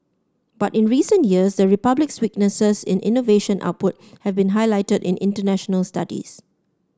but in recent years the Republic's weaknesses in innovation output have been highlighted in international studies